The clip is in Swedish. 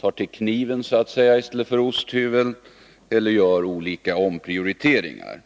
ta till kniven i stället för osthyveln, eller göra olika omprioriteringar.